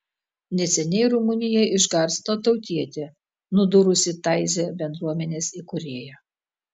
neseniai rumuniją išgarsino tautietė nudūrusi taizė bendruomenės įkūrėją